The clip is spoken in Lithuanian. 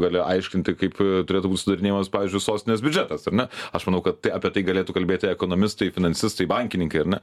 gali aiškinti kaip turėtų būt sudarinėjamas pavyzdžiui sostinės biudžetas ar ne aš manau kad tai apie tai galėtų kalbėti ekonomistai finansistai bankininkai ar ne